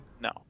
No